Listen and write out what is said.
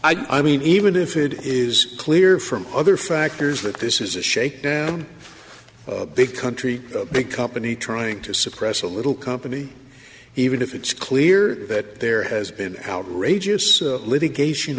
y i mean even if it is clear from other factors that this is a shake big country big company trying to suppress a little company even if it's clear that there has been outrageous litigation